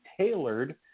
tailored